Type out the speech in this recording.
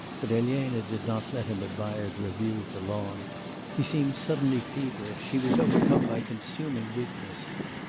but elena did not let him admire the view for long he seemed suddenly feverish, he was overcome by consuming weakness.